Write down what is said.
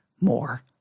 more